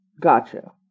gotcha